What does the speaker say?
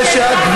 זה שאת,